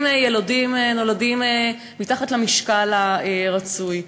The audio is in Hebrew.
יילודים נולדים מתחת למשקל הרצוי.